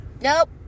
Nope